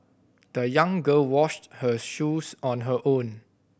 the young girl washed her shoes on her own